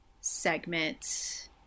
segment